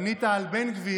בנית על בן גביר,